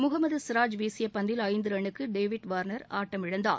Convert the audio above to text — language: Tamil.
முகமது சிராஜ் வீசிய பந்தில் ஐந்து ரன்னுக்கு டேவிட் வார்னர் ஆட்டமிழந்தார்